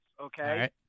Okay